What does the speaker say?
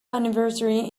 anniversary